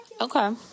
Okay